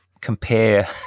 compare